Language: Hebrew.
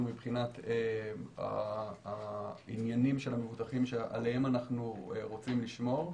מבחינת העניינים של המבוטחים שעליהם אנחנו רוצים לשמור.